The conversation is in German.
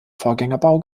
vorgängerbau